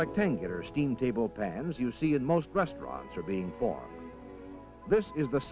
rectangular steam table pans you see most restaurants are being fought this is the